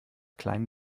kleinen